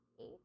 eight